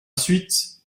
suite